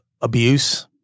abuse